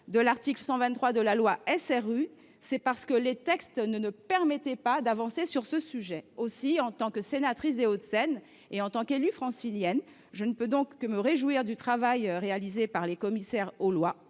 de l’article 123 de la loi SRU, parce que les textes ne permettaient pas d’avancer sur ce sujet. Aussi, en tant que sénatrice des Hauts de Seine et en tant qu’élue francilienne, je ne puis que me réjouir du travail réalisé par les commissaires aux lois